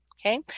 okay